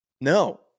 No